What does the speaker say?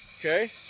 Okay